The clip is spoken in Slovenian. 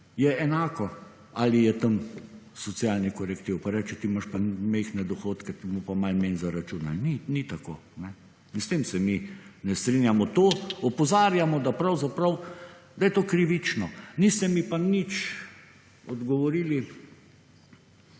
je enako ali je tam socialni korektiv, pa reče, ti imaš pa majhne dohodke, ti bomo pa manj zaračunali. Ni tako. In s tem se mi ne strinjamo. To opozarjamo, da je to krivično. Niste mi pa nič odgovorili